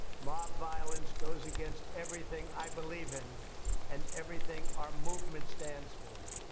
mob violence goes against everything i believe in and everything our movement stands for.